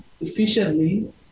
efficiently